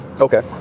Okay